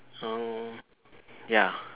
mm ya